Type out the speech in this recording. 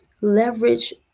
leverage